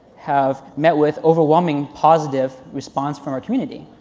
have met with overwhelming positive response from our community.